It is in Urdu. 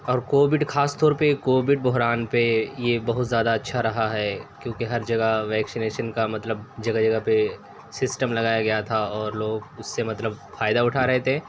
اور کووڈ خاص طور پہ کووڈ بحران پہ یہ بہت زیادہ اچھا رہا ہے کیونکہ ہر جگہ ویکسنیشن کا مطلب جگہ جگہ پہ سسٹم لگایا گیا تھا اور لوگ اس سے مطلب فائدہ اٹھا رہے تھے